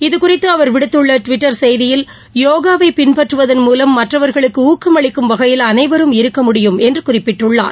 இதுகறித்துஅவர் விடுத்துள்ளடுவிட்டர் செய்தியில் யோகாவைபின்பற்றுவதன் மூலம் மற்றவர்களுக்குஷாக்கமளிக்கும் வகையில் அனைவரும் இருக்க முடியும் என்றுகுறிப்பிட்டுள்ளார்